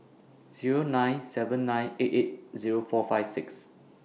Zero nine seven nine eight eight Zero four five six